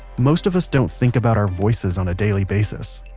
most of us don't think about our voices on a daily basis.